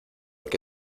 que